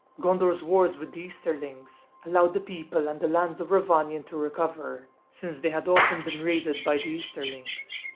gondor's wars with the easterlings allowed the people and the lands of rhovanion to recover since they had often been raided by the easterlings,